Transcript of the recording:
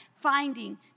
finding